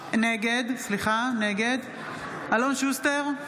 נגד אלון שוסטר,